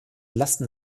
lasten